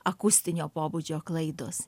akustinio pobūdžio klaidos